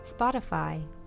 Spotify